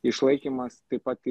išlaikymas taip pat